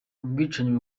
ubwicanyi